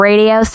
Radio